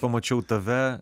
pamačiau tave